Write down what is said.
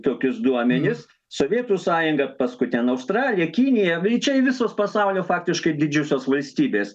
tokius duomenis sovietų sąjunga paskui ten australija kinija va čia visos pasaulio faktiškai didžiosios valstybės